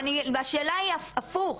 השאלה היא הפוך,